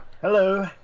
Hello